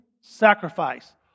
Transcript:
sacrifice